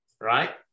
Right